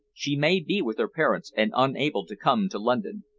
she may be with her parents, and unable to come to london.